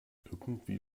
irgendwie